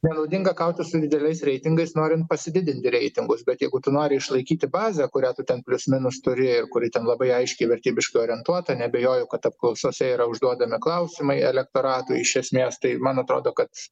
nenaudinga kautis su dideliais reitingais norint pasididinti reitingus bet jeigu tu nori išlaikyti bazę kurią tu ten plius minus turi kuri ten labai aiškiai vertybiškai orientuota neabejoju kad apklausose yra užduodami klausimai elektoratui iš esmės tai man atrodo kad